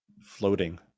floating